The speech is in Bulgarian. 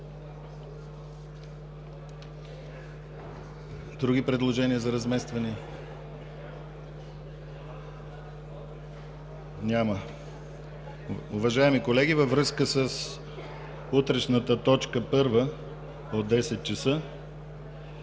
Други предложения за размествания? Няма. Уважаеми колеги, във връзка с утрешната точка първа от 10,00